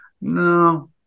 no